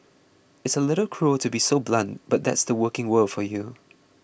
it's a little cruel to be so blunt but that's the working world for you